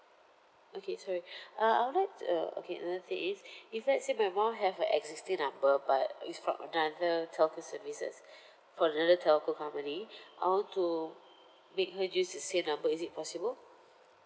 okay sorry uh I would like the okay another thing is if let's say my mum have a existing number but it's from another telco services from another telco company I want to make her use the same number is it possible